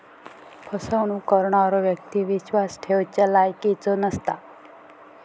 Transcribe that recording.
फसवणूक करणारो व्यक्ती विश्वास ठेवच्या लायकीचो नसता